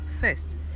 first